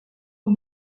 aux